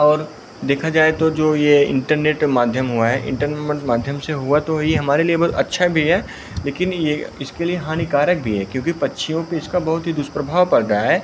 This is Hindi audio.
और देखा जाए तो जो यह इन्टरनेट माध्यम हुआ है इन्टर माध्यम से हुआ तो ही हमारे लिए बहुत अच्छा भी है लेकिन यह इसके लिए हानिकारक भी है क्योंकि पक्षियों पर इसका बहुत ही दुष्प्रभाव पड़ रहा है